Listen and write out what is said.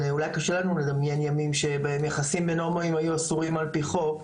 אולי קשה לנו לדמיין ימים שבהם יחסים בין הומואים היו אסורים על פי חוק,